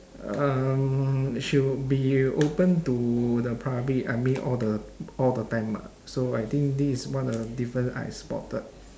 um should be open to the public I mean all the all the time ah so I think this is one of the different I spotted